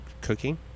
cooking